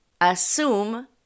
Assume